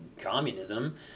communism